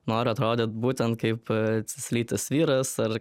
noriu atrodyt būtent kaip cislytis vyras ar